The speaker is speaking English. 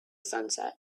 sunset